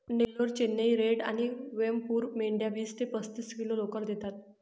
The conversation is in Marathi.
नेल्लोर, चेन्नई रेड आणि वेमपूर मेंढ्या वीस ते पस्तीस किलो लोकर देतात